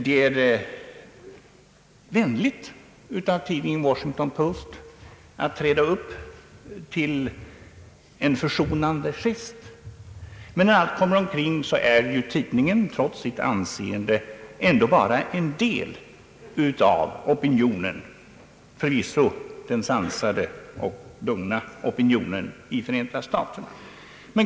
Det är vänligt av tidningen Washington Post att träda upp till en försonande gest, men när allt kommer omkring representerar tidningen, trots sitt anseende, ändå bara en del av opinionen — förvisso en sansad och lugn opinion — i Förenta staterna.